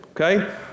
Okay